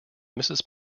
mrs